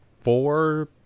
four